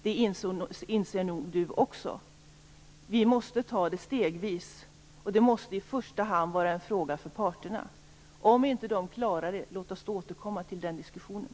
Det inser nog även Birger Schlaug. Vi måste göra detta stegvis, och det måste i första hand vara en fråga för parterna. Om de inte klarar detta, låt oss då återkomma till den diskussionen.